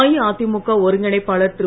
அழிஅதிமுக ஒருங்கிணைப்பாளர் திரு